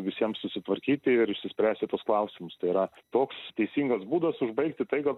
visiem susitvarkyti ir išsispręsti tuos klausimus tai yra toks teisingas būdas užbaigti tai kad